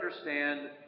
understand